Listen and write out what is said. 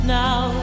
now